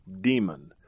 demon